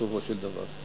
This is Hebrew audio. בסופו של דבר,